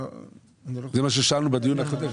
זה מה ששאלנו בדיון הקודם.